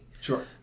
Sure